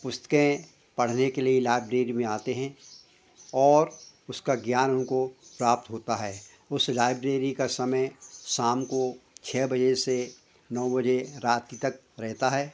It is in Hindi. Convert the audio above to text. पुस्तकें पढ़ने के लिए लाइब्रेरी में आते हैं और उसका ज्ञान उनको प्राप्त होता है उस लाइब्रेरी का समय शाम को छः बजे से नौ बजे रात तक रहता है